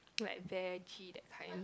like veggie that kind